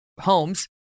homes